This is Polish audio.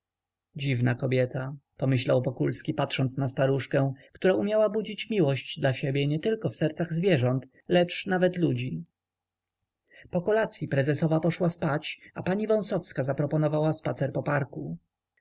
dziwna kobieta pomyślał wokulski patrząc na staruszkę która umiała budzić miłość dla siebie nietylko w sercach zwierząt lecz nawet ludzi po kolacyi prezesowa poszła spać a pani wąsowska zaproponowała spacer po parku